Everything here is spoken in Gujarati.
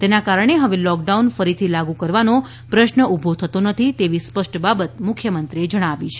તેના કારણે હવે લોકડાઉન ફરીથી લાગુ કરવાનો પ્રશ્ન ઉભો થતો નથી એવી સ્પષ્ટ બાબત મુખ્યમંત્રીએ જણાવી છે